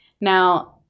Now